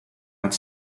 nad